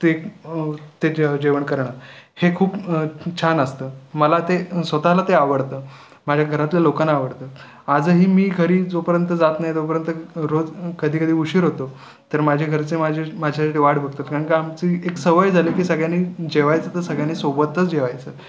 ते ते ज जेवण करणं हे खूप छान असतं मला ते स्वत ला ते आवडतं माझ्या घरातल्या लोकांना आवडतं आजही मी घरी जोपर्यंत जात नाही तोपर्यंत रोज कधी कधी उशीर होतो तर माझे घरचे माझी माझ्यासाठी वाट बघता कारण का आमची एक सवय झाली की सगळ्यानी जेवायचं तर सगळ्यांनी सोबतच जेवायचं